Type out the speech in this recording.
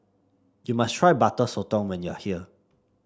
you must try Butter Sotong when you are here